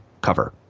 cover